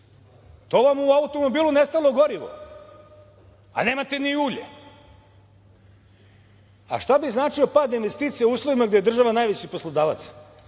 To vam je u automobilu nestalo gorivo, a nemate ni ulje. Šta bi značio pad investicija u uslovima gde je država najviši poslodavac?